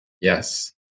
Yes